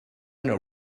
not